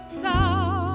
sound